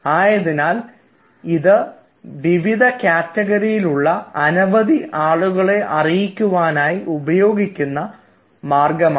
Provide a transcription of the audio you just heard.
ആയതിനാൽ ഇത് വിവിധ കാറ്റഗറിയിലുള്ള അനവധി ആളുകളെ അറിയിക്കുവാനായി ഉപയോഗിക്കുന്ന മാർഗ്ഗമാണ്